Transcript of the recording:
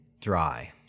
dry